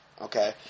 okay